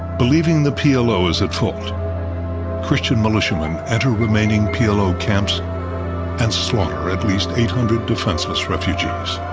believing the p l o. is at fault christian militiamen enter remaining p l o. camps and slaughter at least eight hundred defenseless refugees.